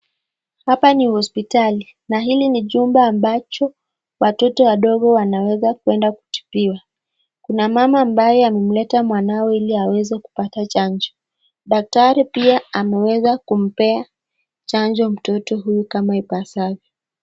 Hapa ni hospitali na hili ni chumba ambacho watoto wadogo wanaweza kwenda kutibiwa kuna mama ambaye ameleta mwanawe ili aweze kupata chanjo daktari pia ameweza kumpea chanjo mtoto huyu ipasavyo.